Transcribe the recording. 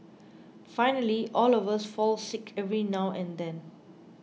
finally all of us fall sick every now and then